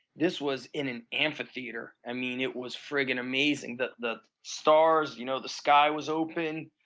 this was in an amphitheater. i mean it was friggen amazing, the the stars, you know the sky was open.